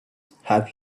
have